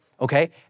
okay